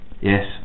Yes